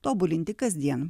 tobulinti kasdien